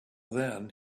then